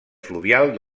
fluvial